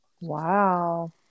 Wow